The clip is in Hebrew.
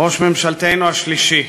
ראש ממשלתנו השלישי,